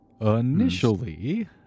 Initially